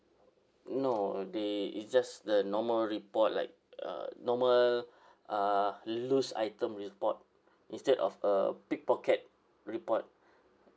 no they it's just the normal report like uh normal uh loose item report instead of a pickpocket report